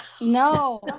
No